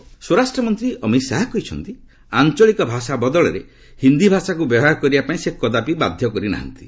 ଅମିତ୍ ଶାହା ହିନ୍ଦୀ ସ୍ୱରାଷ୍ଟ୍ର ମନ୍ତ୍ରୀ ଅମିତ୍ ଶାହା କହିଛନ୍ତି ଆଞ୍ଚଳିକ ଭାଷା ବଦଳରେ ହିନ୍ଦୀ ଭାଷାକୁ ବ୍ୟବହାର କରିବାପାଇଁ ସେ କଦାପି ବାଧ କରି ନାହାନ୍ତି